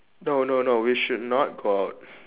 no no no we should not go out